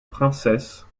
princesse